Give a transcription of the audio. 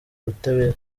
ubutabera